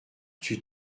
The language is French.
tue